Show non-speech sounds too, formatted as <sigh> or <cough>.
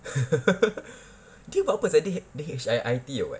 <laughs> dia buat apa seh dia the H H_I_I_T or what